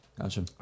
Gotcha